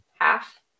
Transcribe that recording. half